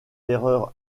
erreurs